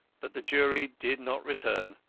but the jury did not return.